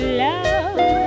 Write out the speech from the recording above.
love